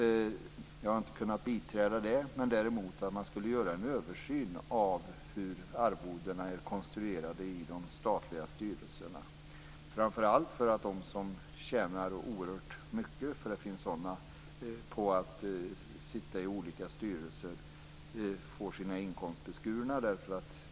Jag har inte kunnat biträda det men menar att man bör göra en översyn av hur arvodena är konstruerade i de statliga styrelserna. Framför allt bör de som tjänar oerhört mycket på att sitta i olika styrelser få sina inkomster beskurna.